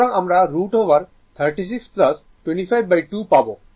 সুতরাং আমরা √ওভার 36 252 পাব